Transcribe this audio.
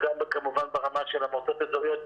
וגם כמובן ברמה של המועצות האזוריות,